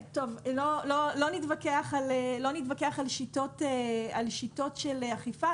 לא נתווכח על שיטות של אכיפה.